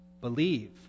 Believe